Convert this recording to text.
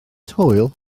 hwyl